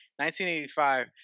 1985